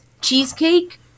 cheesecake